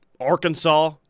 Arkansas